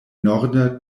norda